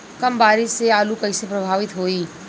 कम बारिस से आलू कइसे प्रभावित होयी?